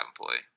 employee